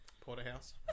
Porterhouse